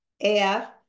AF